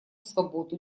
свободу